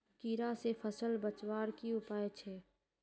कीड़ा से फसल बचवार की उपाय छे?